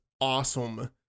awesome